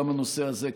גם הנושא הזה,